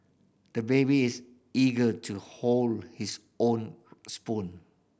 the baby is eager to hold his own spoon